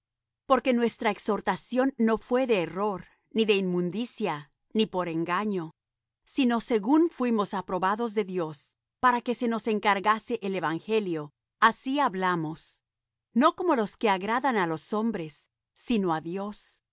porque nuestra exhortación no fué de error ni de inmundicia ni por engaño sino según fuimos aprobados de dios para que se nos encargase el evangelio así hablamos no como los que agradan á los hombres sino á dios